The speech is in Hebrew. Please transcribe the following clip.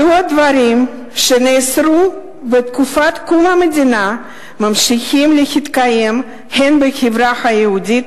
מדוע דברים שנאסרו בתקופת קום המדינה ממשיכים להתקיים הן בחברה היהודית,